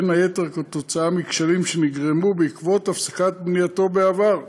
בין היתר כתוצאה מכשלים שנגרמו בעקבות הפסקת בנייתו בעבר.